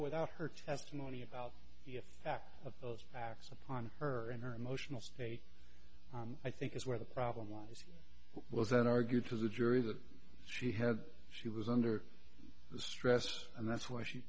without her testimony about the fact of the acts upon her and her emotional state i think is where the problem lies here was that argued to the jury that she had she was under stress and that's why she